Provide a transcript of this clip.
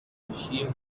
میشی